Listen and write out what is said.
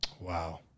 Wow